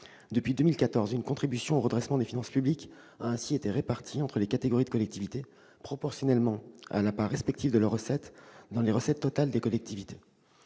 Depuis 2014, une contribution au redressement des finances publiques, ou CRFP, a ainsi été répartie entre les différentes catégories de collectivités, et ce proportionnellement à la part respective de leurs recettes dans les recettes totales des collectivités